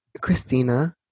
Christina